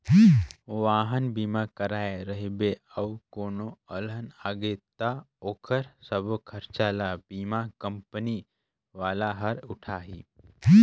वाहन बीमा कराए रहिबे अउ कोनो अलहन आगे त ओखर सबो खरचा ल बीमा कंपनी वाला हर उठाही